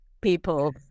people